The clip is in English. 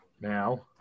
now